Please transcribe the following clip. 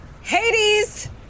Hades